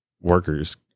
workers